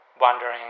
wondering